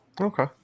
Okay